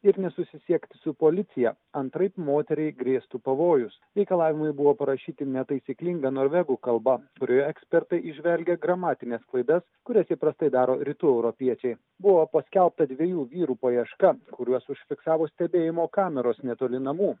ir nesusisiekti su policija antraip moteriai grėstų pavojus reikalavimai buvo parašyti netaisyklinga norvegų kalba kurioje ekspertai įžvelgia gramatines klaidas kurias įprastai daro rytų europiečiai buvo paskelbta dviejų vyrų paieška kuriuos užfiksavo stebėjimo kameros netoli namų